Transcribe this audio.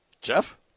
Jeff